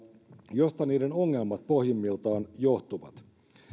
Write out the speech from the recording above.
josta niiden ongelmat pohjimmiltaan johtuvat